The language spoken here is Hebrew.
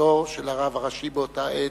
ונכדו של הרב הראשי באותה עת,